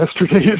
yesterday